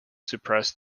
suppress